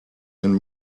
and